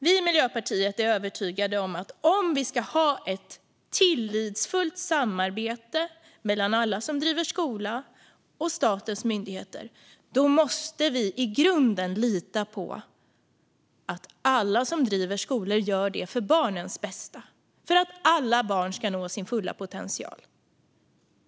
Vi i Miljöpartiet är övertygade om att om vi ska ha ett tillitsfullt samarbete mellan alla som driver skola och statens myndigheter måste vi i grunden lita på att alla som driver skolor gör det för barnens bästa och för att alla barn ska nå sin fulla potential.